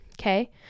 okay